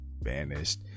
vanished